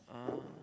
ah